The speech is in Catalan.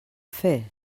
fer